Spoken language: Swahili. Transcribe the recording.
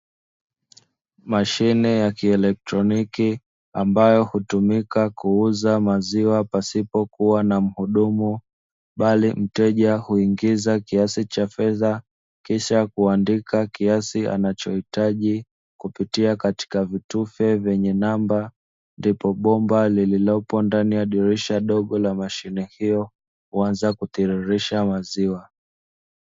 Mashine ya kielektroniki, ambayo hutumika kuuza maziwa pasipo kuwa na mhudumu bali mteja huingiza kiasi cha fedha kisha kuandika kiasi anachohitaji kupitia katika vitufe vyenye namba, ndipo bomba lililopo ndani ya dirisha dogo la mashine hiyo huanza kutiririsha maziwa.